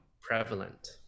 prevalent